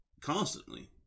constantly